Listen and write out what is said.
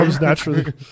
naturally